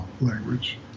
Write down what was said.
language